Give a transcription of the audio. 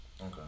okay